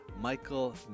Michael